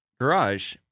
garage